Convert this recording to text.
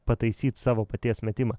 pataisyt savo paties metimą